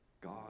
God